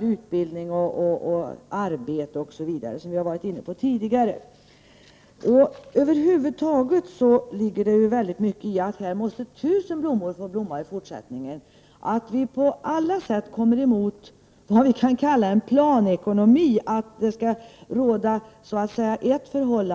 utbildning och arbete varvat osv. Över huvud taget handlar det om att tusen blommor skall få blomma i fortsättningen. Vi måste på alla sätt gå emot en planekonomi, där det så att säga skall råda ett förhållande för alla flyktingar och invandrare. Det är viktigt att hitta många nya individuella lösningar, organisationer, enskilda, faddrar osv. och se till att dessa fungerar på ett bättre sätt än i dag.